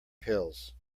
pills